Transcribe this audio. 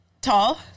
tall